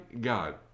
God